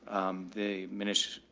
um, the ministry,